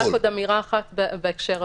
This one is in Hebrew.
רק עוד אמירה אחת בהקשר הזה.